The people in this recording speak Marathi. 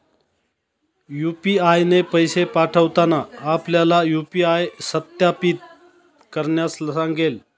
यू.पी.आय ने पैसे पाठवताना आपल्याला यू.पी.आय सत्यापित करण्यास सांगेल